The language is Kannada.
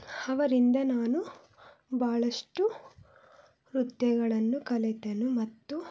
ಅವರಿಂದ ನಾನು ಭಾಳಷ್ಟು ನೃತ್ಯಗಳನ್ನು ಕಲಿತೆನು ಮತ್ತು